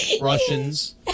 Russians